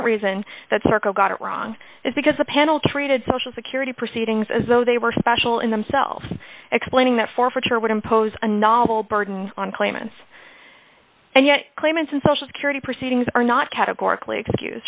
reason that serco got it wrong is because the panel treated social security proceedings as though they were special in themselves explaining that forfeiture would impose a novel burden on claimants and yet claimants and social security proceedings are not